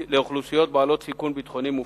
לאוכלוסיות בעלות סיכון ביטחוני מופחת.